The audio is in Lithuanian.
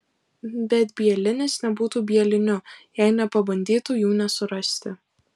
bet bielinis nebūtų bieliniu jei nepabandytų jų nesurasti